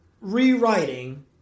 rewriting